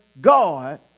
God